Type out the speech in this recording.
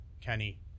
Kenny